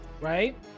right